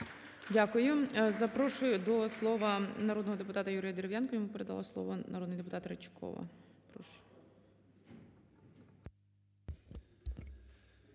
Запрошую до слова народного депутата Юрія Дерев'янка, йому передала слово народний депутат Ричкова.